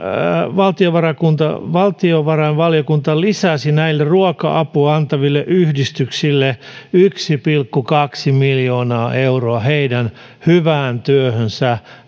valtiovarainvaliokunta valtiovarainvaliokunta lisäsi ruoka apua antaville yhdistyksille yksi pilkku kaksi miljoonaa euroa heidän hyvään työhönsä